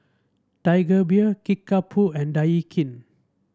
Tiger Beer Kickapoo and Daikin